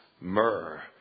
myrrh